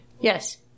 Yes